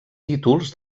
títols